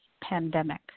pandemic